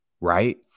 Right